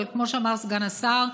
אבל כמו שאמר סגן השר,